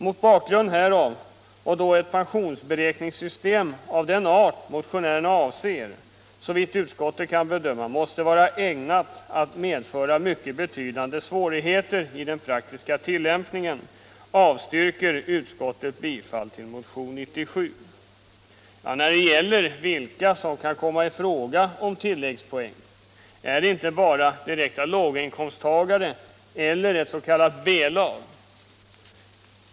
Mot bakgrund härav och då ett pensionsberäkningssystem av den art motionärerna avser, såvitt utskottet kan bedöma, måste vara ägnat att medföra mycket betydande svårigheter i den praktiska tillämpningen avstyrker utskottet bifall till motionen 97.” När det gäller vilka som kan komma i fråga för tilläggspoäng är det inte bara direkta låginkomsttagare eller ett ”B-lag”.